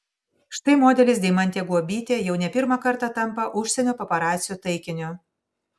štai modelis deimantė guobytė jau ne pirmą kartą tampa užsienio paparacių taikiniu